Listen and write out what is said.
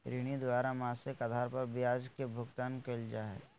ऋणी द्वारा मासिक आधार पर ब्याज के भुगतान कइल जा हइ